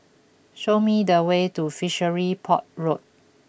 show me the way to Fishery Port Road